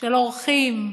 של עורכים,